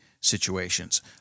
situations